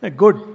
good